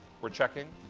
we're checking,